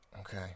Okay